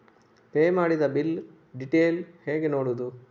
Pay ಮಾಡಿದ bill detail ಹೇಗೆ ನೋಡುವುದು?